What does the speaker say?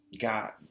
God